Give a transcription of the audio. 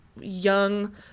young